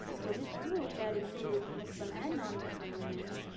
so this group, that included muslim and non-muslim women,